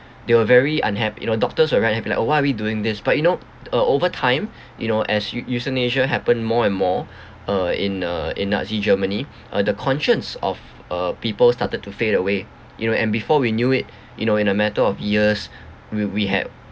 they were very unhap~ you know doctors were very unhappy like oh why are we doing this but you know uh over time you know as eu~ euthanasia happened more and more uh in uh in nazi germany uh the conscience of uh people started to fade away you know and before we knew it you know in a matter of years we we had